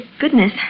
goodness